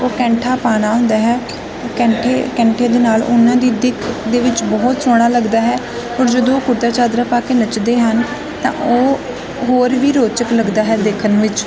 ਉਹ ਕੈਂਠਾ ਪਾਉਣਾ ਹੁੰਦਾ ਹੈ ਉਹ ਕੈਂਠੇ ਕੈਂਠੇ ਦੇ ਨਾਲ ਉਹਨਾਂ ਦੀ ਦਿੱਖ ਦੇ ਵਿੱਚ ਬਹੁਤ ਸੋਹਣਾ ਲੱਗਦਾ ਹੈ ਔਰ ਜਦੋਂ ਕੁੜਤਾ ਚਾਦਰਾ ਪਾ ਕੇ ਨੱਚਦੇ ਹਨ ਤਾਂ ਉਹ ਹੋਰ ਵੀ ਰੋਚਕ ਲੱਗਦਾ ਹੈ ਦੇਖਣ ਵਿੱਚ